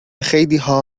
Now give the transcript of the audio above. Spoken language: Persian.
خیلیها